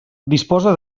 disposa